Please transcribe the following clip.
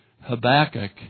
Habakkuk